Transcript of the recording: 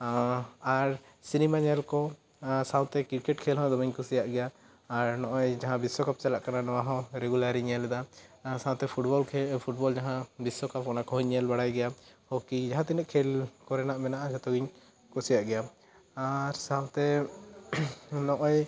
ᱟᱨ cinema ᱧᱮᱞ ᱠᱚ ᱥᱟᱶᱛᱮ ᱠᱤᱨᱠᱮᱴ ᱠᱷᱮᱞ ᱠᱚ ᱫᱚᱢᱮᱧ ᱠᱩᱥᱤᱭᱟᱜ ᱜᱮᱭᱟ ᱟᱨ ᱱᱚᱜᱼᱚᱭ ᱵᱤᱥᱥᱚᱠᱟᱯ ᱪᱟᱞᱟᱜ ᱠᱟᱱᱟ ᱱᱚᱣᱟ ᱦᱚᱸ ᱨᱮᱜᱩᱞᱟᱨ ᱤᱧ ᱧᱮᱞ ᱮᱫᱟ ᱟᱨ ᱥᱟᱶᱛᱮ ᱯᱷᱩᱴᱵᱚᱞ ᱠᱷᱮᱞ ᱯᱷᱩᱴᱵᱚᱞ ᱡᱟᱦᱟ ᱵᱤᱥᱥᱚᱠᱟᱯ ᱣᱟᱞᱟ ᱠᱚ ᱧᱮᱞ ᱵᱟᱲᱟᱭᱮᱫ ᱜᱮᱭᱟ ᱦᱚᱠᱤ ᱡᱟᱦᱟ ᱛᱤᱱᱟᱹᱜ ᱠᱷᱮᱞ ᱢᱮᱱᱟᱜᱼᱟ ᱡᱚᱛᱚᱧ ᱠᱩᱥᱤᱭᱟᱜ ᱜᱮᱭᱟ ᱟᱨ ᱥᱟᱶᱛᱮ ᱱᱚᱜᱼᱚᱭ